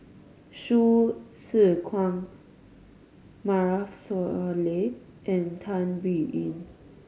Hsu Tse Kwang Maarof Salleh and Tan Biyun